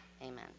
amen